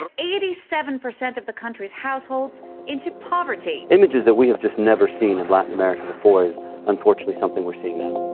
ah eighty seven percent of the country's households into poverty. images that we've never seen in latin america before is unfortunately something we're seeing now.